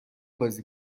بازی